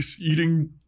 eating